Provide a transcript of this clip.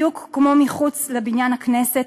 בדיוק כמו מחוץ לבניין הכנסת,